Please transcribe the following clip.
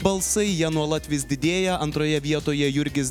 balsai jie nuolat vis didėja antroje vietoje jurgis